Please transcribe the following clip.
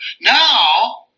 Now